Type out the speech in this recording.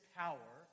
power